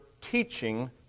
teaching